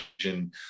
vision